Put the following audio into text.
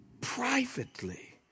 privately